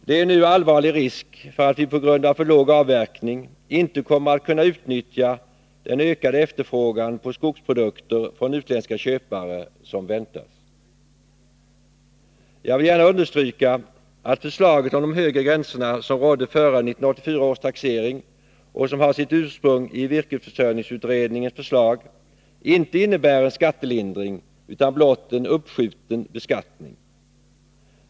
Det är nu allvarlig risk för att vi på grund av för låg avverkning inte kommer att kunna utnyttja den ökade efterfrågan på skogsprodukter från utländska köpare som väntar. Jag vill gärna understryka att förslaget om de högre gränser som rådde före 1984 års taxering och som har sitt ursprung i virkesförsörjningsutredningens förslag inte innebär en skattelindring utan blott en uppskjuten beskattning.